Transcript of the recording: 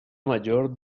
mayor